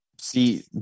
see